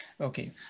Okay